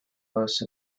most